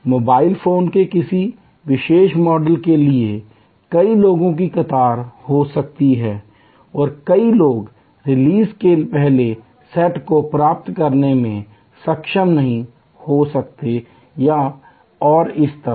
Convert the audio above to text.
mobile phone के किसी विशेष मॉडल के लिए कई लोगों की कतार हो सकती है और कई कई लोग रिलीज के पहले सेट को प्राप्त करने में सक्षम नहीं हो सकते हैं और इसी तरह